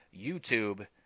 YouTube